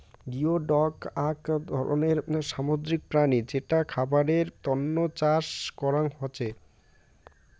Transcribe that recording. geoduck আক ধরণের সামুদ্রিক প্রাণী যেটা খাবারের তন্ন চাষ করং হসে